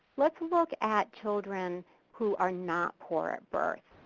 lets look at children who are not poor at birth.